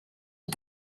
amb